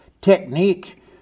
technique